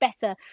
better